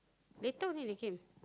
later only they came